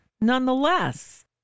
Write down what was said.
nonetheless